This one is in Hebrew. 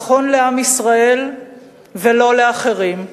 נכון לעם ישראל ולא לאחרים.